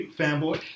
fanboy